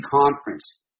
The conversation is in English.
Conference